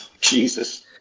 Jesus